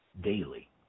daily